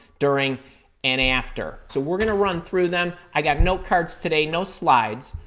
during and after. so, we're going to run through them. i got no cards today, no slides.